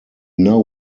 now